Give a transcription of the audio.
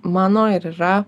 mano ir yra